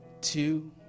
two